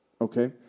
Okay